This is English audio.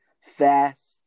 fast